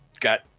got